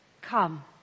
come